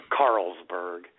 Carlsberg